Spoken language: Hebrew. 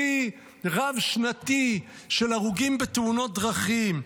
שיא רב-שנתי של הרוגים בתאונות דרכים,